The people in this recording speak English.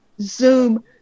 Zoom